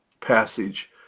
passage